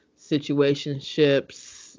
situationships